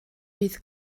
bydd